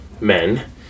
men